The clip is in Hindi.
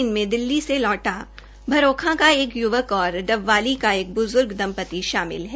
इनमे दिल्ली से लौटा भरोखां का एक य्वक और डबवाली का एक ब्ज्र्ग दम्पति शामिल है